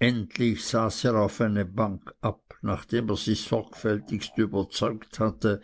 endlich saß er auf eine bank ab nachdem er sich sorgfältigst überzeugt hatte